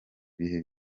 bihe